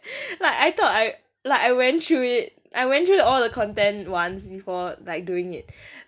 like I thought I like I went through it I went through all the content once before like doing it